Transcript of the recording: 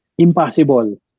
Impossible